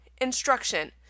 Instruction